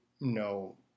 no